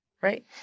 right